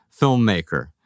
filmmaker